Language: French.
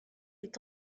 est